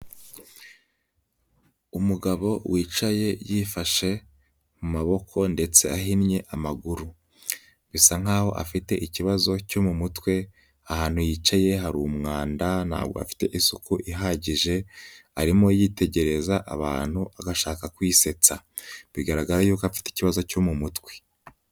Umugabo wicaye yifashe mu maboko ndetse ahinnye amaguru, bisa nkaho afite ikibazo cyo mu mutwe; ahantu yicaye hari umwanda, ntabwo afite isuku ihagije, arimo yitegereza abantu agashaka kwisetsa, bigaragara yuko afite ikibazo cyo mu mutwe.